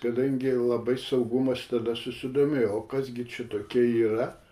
kadangi labai saugumas tada susidomėjo o kas gi čia tokie yra